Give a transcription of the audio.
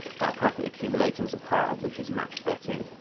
that profit accumulator is a part of, which is much betting.